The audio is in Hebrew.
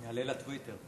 נעלה לטוויטר.